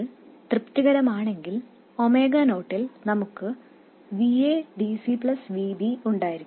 അതിനാൽ ഈ നിബന്ധനകൾ തൃപ്തികരമാണെങ്കിൽ ഒമേഗ നോട്ടിൽ നമുക്ക് Va dc Vb ഉണ്ടായിരിക്കും